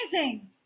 amazing